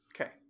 Okay